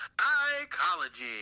Psychology